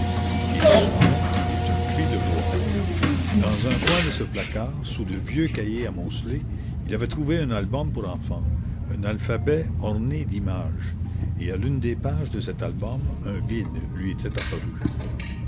et soudain il eut un cri de joie dans un coin de ce placard sous de vieux cahiers amoncelés il avait trouvé un album pour enfants un alphabet orné d'images et à l'une des pages de cet album un vide lui était apparu